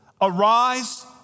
arise